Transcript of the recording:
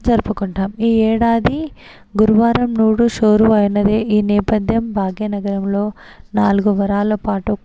జరుపుకుంటాం ఈ ఏడాది గురువారం నోడు షురూ అనేది ఈ నేపద్యం భాగ్యనగరంలో నాలుగు వరాలు పాటు